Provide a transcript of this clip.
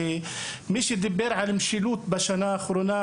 מי שדיבר על משילות בנגב בשנה האחרונה,